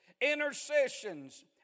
intercessions